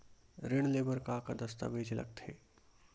ऋण ले बर का का दस्तावेज लगथे?